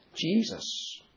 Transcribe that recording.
Jesus